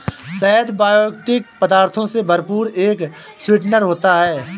शहद बायोएक्टिव पदार्थों से भरपूर एक स्वीटनर होता है